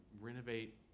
renovate